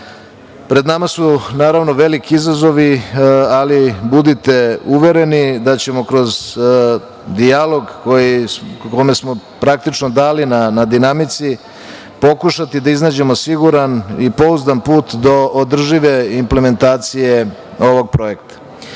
Pred nama su, naravno, veliki izazovi, ali budite uvereni da ćemo kroz dijalog, kome smo praktično dali na dinamici, pokušati da iznađemo siguran i pouzdan put do održive implementacije ovog projekta. Što